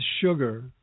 sugar